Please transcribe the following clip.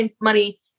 money